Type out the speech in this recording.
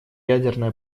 ядерная